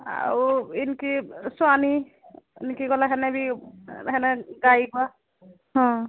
ଆଉ ସ୍ୱାମୀ ଗଲେ ହେଲେ ବି ହେନେ ଗାଇବା ହଁ